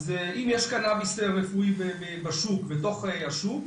אז אם יש קנאביס רפואי בשוק ובתוך השוק,